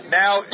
now